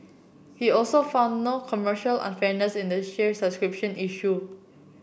he also found no commercial unfairness in the share subscription issue